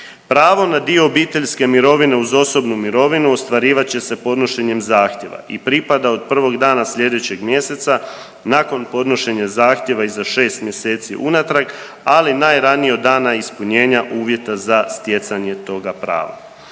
Pravo na dio obiteljske mirovine uz osobnu mirovinu ostvarivat će se podnošenjem zahtijeva i pripada od prvog dana sljedećeg mjeseca nakon podnošenja zahtijeva iza šest mjeseci unatrag, ali najranije od dana ispunjenja uvjeta za stjecanje toga prava.